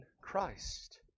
Christ